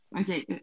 Okay